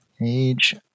Age